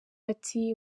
ati